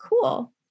cool